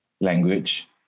language